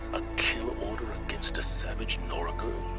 a kill order against a savage nora girl?